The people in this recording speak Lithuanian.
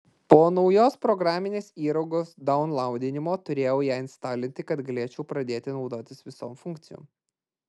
po naujos programinės įrangos daunlaudinimo turėjau ją instalinti kad galėčiau pradėti naudotis visom funkcijom